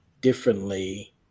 differently